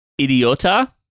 Idiota